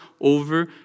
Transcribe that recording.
over